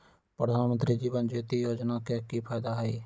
प्रधानमंत्री जीवन ज्योति योजना के की फायदा हई?